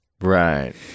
Right